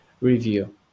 review